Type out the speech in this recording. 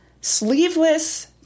sleeveless